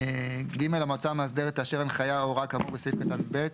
(ג) המועצה המאסדרת תאשר הנחיה או הוראה כאמור בסעיף קטן (ב),